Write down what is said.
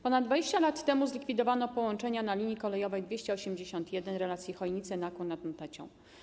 Ponad 20 lat temu zlikwidowano połączenia na linii kolejowej 281 relacji Chojnice - Nakło nad Notecią.